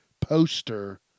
poster